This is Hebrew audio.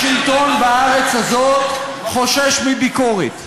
השלטון במדינה הזאת חושש מביקורת,